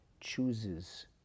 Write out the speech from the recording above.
chooses